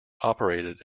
operated